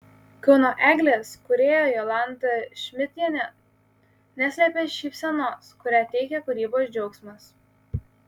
kauno eglės kūrėja jolanta šmidtienė neslėpė šypsenos kurią teikia kūrybos džiaugsmas